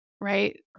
right